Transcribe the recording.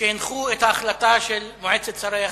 שהנחו את ההחלטה של מועצת שרי החוץ,